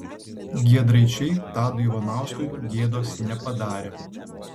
giedraičiai tadui ivanauskui gėdos nepadarė